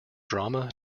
drama